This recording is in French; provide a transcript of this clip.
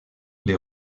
les